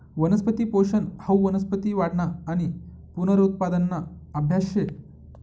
वनस्पती पोषन हाऊ वनस्पती वाढना आणि पुनरुत्पादना आभ्यास शे